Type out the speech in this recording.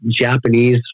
Japanese